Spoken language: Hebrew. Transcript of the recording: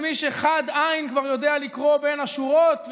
ומי שחד עין כבר יודע לקרוא בין השורות,